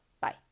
Bye